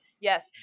yes